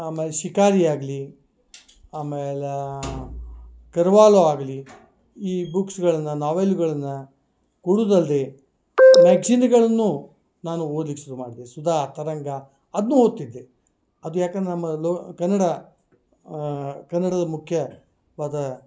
ಆಮೇಲೆ ಶಿಕಾರಿಯಾಗಲಿ ಆಮೇಲೆ ಕರ್ವಾಲೊ ಆಗಲಿ ಈ ಬುಕ್ಸ್ಗಳನ್ನು ನಾವೆಲ್ಲುಗಳನ್ನು ಕೊಡುದಲ್ಲದೆ ಮ್ಯಾಗ್ಝೀನ್ಗಳನ್ನು ನಾನು ಓದ್ಲಿಕ್ಕೆ ಶುರು ಮಾಡಿದೆ ಸುಧಾ ತರಂಗ ಅದನ್ನೂ ಓದ್ತಿದ್ದೆ ಅದು ಯಾಕಂದ್ರೆ ನಮ್ಮ ಲೊ ಕನ್ನಡ ಕನ್ನಡದ ಮುಖ್ಯವಾದ